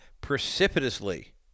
precipitously